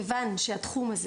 כיוון שהתחום הזה,